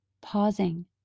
pausing